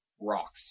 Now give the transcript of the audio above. rocks